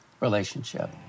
relationship